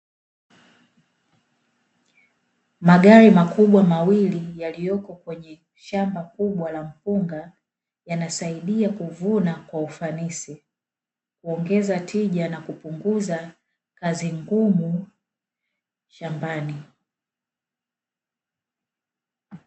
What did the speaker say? Magari makubwa mawili yaliyopo kwenye shamba kubwa la mpunga yanasaidia kuvuna kwa ufanisi, kuongeza tija na kupunguza kazi ngumu shambani.